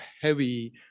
heavy